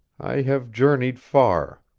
i have journeyed far.